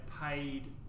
paid